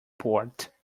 port